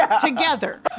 together